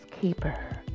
keeper